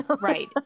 Right